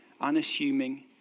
unassuming